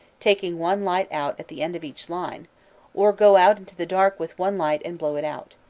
taking one light out at the end of each line or go out into the dark with one light and blow it out.